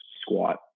squat